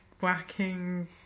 whacking